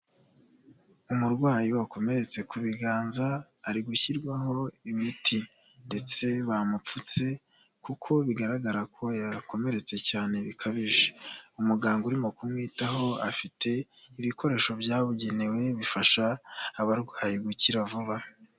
Umurwayi wakomeretse ku biganza ari gushyirwaho imiti ndetse bamupfutse kuko bigaragara ko yakomeretse cyane bikabije umuganga urimo kumwitaho afite ibikoresho byabugenewe bifasha abarwayi gukira vuba.